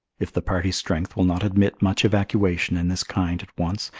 if the party's strength will not admit much evacuation in this kind at once,